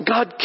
God